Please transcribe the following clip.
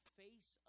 face